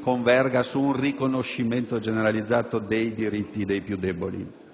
convergessero nel riconoscimento generalizzato dei diritti dei più deboli.